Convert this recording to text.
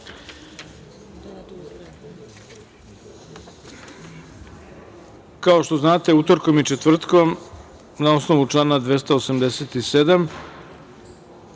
što znate, utorkom i četvrtkom na osnovu člana 287.